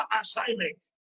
assignment